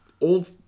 old